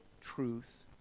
truth